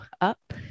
up